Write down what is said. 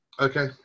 Okay